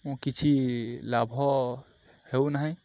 ମୁଁ କିଛି ଲାଭ ହେଉ ନାହିଁ